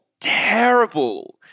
terrible